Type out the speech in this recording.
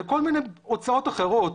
לכל מיני הוצאות אחרות,